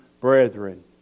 brethren